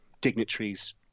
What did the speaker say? dignitaries